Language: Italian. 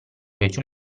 fece